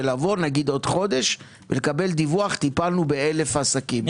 ולבוא נגיד עוד חודש ולקבל דיווח: טיפלנו ב-1,000 עסקים,